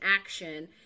action